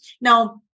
Now